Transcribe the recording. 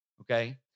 okay